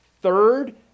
third